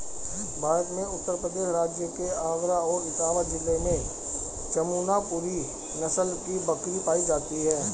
भारत में उत्तर प्रदेश राज्य के आगरा और इटावा जिले में जमुनापुरी नस्ल की बकरी पाई जाती है